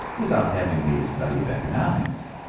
without having made a study of economics.